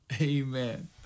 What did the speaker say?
Amen